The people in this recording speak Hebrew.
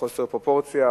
חוסר פרופורציה,